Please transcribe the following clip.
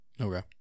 Okay